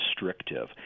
restrictive